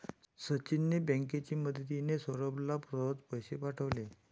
सचिनने बँकेची मदतिने, सौरभला सहज पैसे पाठवले